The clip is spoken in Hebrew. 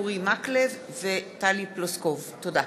אורי מקלב וטלי פלוסקוב בנושא: הקרב